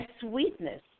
sweetness